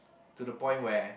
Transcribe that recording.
to the point where